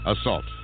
Assault